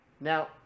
Now